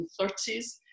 1930s